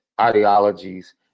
ideologies